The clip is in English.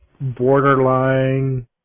borderline